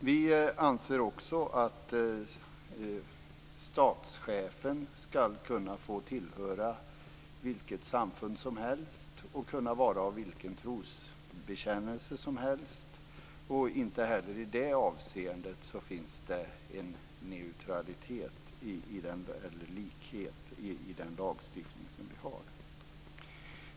Vi anser också att statschefen skall kunna få tillhöra vilket samfund som helst och vara av vilken trosbekännelse som helst. Inte heller i det avseendet finns det en neutralitet eller likhet i den lagstiftning som vi har.